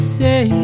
say